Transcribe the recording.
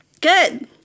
good